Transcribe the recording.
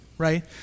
right